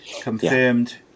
Confirmed